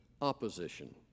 opposition